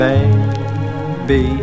Baby